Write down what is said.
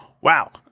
wow